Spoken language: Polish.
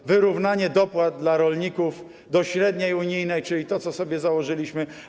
To wyrównanie dopłat dla rolników do średniej unijnej, czyli to, co sobie założyliśmy.